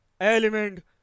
element